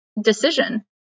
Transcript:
decision